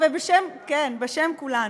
כן, ובשם כולנו.